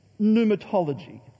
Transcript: pneumatology